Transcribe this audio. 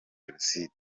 jenoside